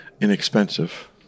inexpensive